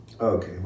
okay